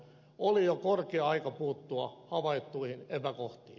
oli jo korkea aika puuttua havaittuihin epäkohtiin